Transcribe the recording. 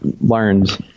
learned –